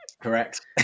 correct